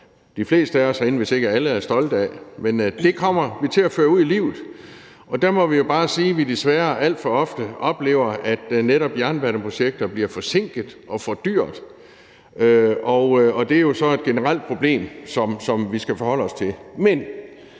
de fleste af os herinde, hvis ikke alle, er stolte af. Men det kommer vi til at føre ud i livet. Og der må vi jo bare sige, at vi desværre alt for ofte oplever, at netop jernbaneprojekter bliver forsinkede og fordyrede, og det er så et generelt problem, som vi skal forholde os til. Men